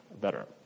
better